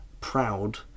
proud